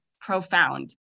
profound